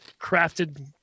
crafted